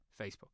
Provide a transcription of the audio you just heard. Facebook